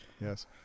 Yes